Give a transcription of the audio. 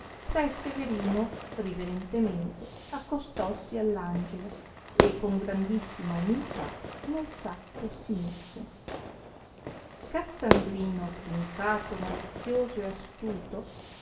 pre severino riverentemente accostossi all'angelo e con grandissima umiltà nel sacco si misse cassandrino trincato malizioso e astuto